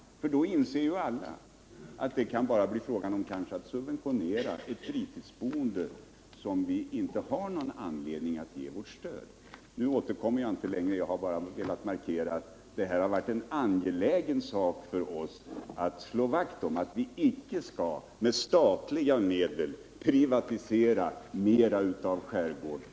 Alla inser väl att det då bara skulle bli fråga om att subventionera ett fritidsboende som vi inte har någon anledning att ge statligt stöd. Nu återkommer jag inte flera gånger. Jag har med detta bara velat markera att det är en angelägen sak för oss socialdemokrater att slå vakt om att vi icke skall med statliga medel privatisera mera av skärgården.